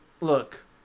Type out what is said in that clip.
look